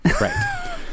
Right